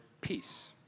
peace